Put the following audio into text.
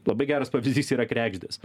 labai geras pavyzdys yra kregždės